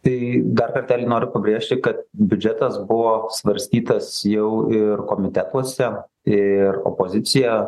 tai dar kartelį noriu pabrėžti kad biudžetas buvo svarstytas jau ir komitetuose ir opozicija